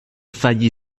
fargli